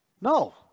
no